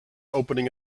opening